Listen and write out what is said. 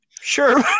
sure